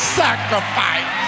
sacrifice